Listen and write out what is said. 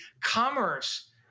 commerce